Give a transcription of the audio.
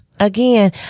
Again